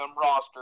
roster